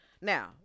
Now